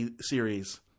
series